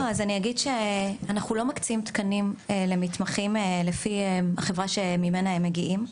אני אגיד שאנחנו לא מקצים תקנים למתמחים לפי החברה שממנה הם מגיעים,